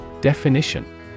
Definition